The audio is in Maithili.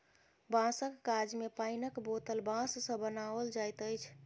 बाँसक काज मे पाइनक बोतल बाँस सॅ बनाओल जाइत अछि